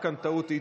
טעות,